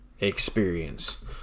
experience